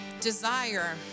desire